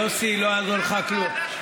יוסי, לא יעזור לך כלום.